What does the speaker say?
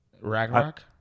Ragnarok